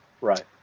Right